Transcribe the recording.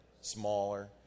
smaller